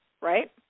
right